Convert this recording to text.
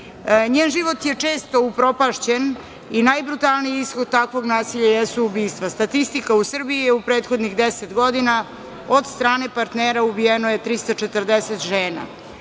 Njen život je često upropašćen i najbrutalniji ishod takvog nasilja jesu ubistva. Statistika u Srbiji u prethodnih 10 godina govori da je od strane partnera ubijeno 340 žena.